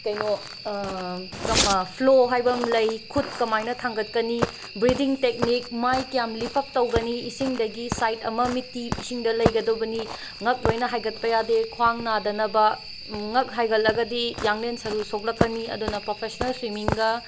ꯀꯝꯃ flow ꯍꯥꯏꯕ ꯑꯃ ꯂꯩ ꯈꯨꯠ ꯀꯃꯥꯏꯅ ꯊꯥꯡꯒꯠꯀꯅꯤ ꯕ꯭ꯔꯤꯗꯤꯡ ꯇꯦꯛꯅꯤꯛ ꯃꯥꯏ ꯀꯌꯥꯝ ꯂꯤꯞꯑꯞ ꯇꯧꯒꯅꯤ ꯏꯁꯤꯡꯗꯒꯤ ꯁꯥꯏꯠ ꯑꯃ ꯃꯤꯠꯇꯤ ꯏꯁꯤꯡꯗ ꯂꯩꯒꯗꯕꯅꯤ ꯉꯛ ꯂꯣꯏꯅ ꯍꯥꯏꯒꯠꯄ ꯌꯥꯗꯦ ꯈ꯭ꯋꯥꯡ ꯅꯥꯗꯅꯕ ꯉꯛ ꯍꯥꯏꯒꯠꯂꯒꯗꯤ ꯌꯥꯡꯂꯦꯟ ꯁꯔꯨ ꯁꯣꯛꯂꯛꯀꯅꯤ ꯑꯗꯨꯅ ꯄ꯭ꯔꯣꯐꯦꯁꯅꯦꯜ ꯁ꯭ꯋꯤꯃꯤꯡꯒ